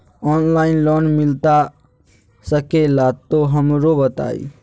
Online loan मिलता सके ला तो हमरो बताई?